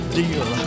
deal